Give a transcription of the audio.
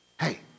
Hey